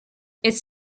its